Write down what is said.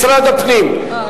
משרד הפנים,